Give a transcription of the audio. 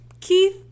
Keith